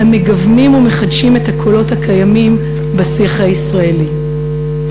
המגוונים ומחדשים את הקולות הקיימים בשיח הישראלי.